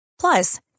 Plus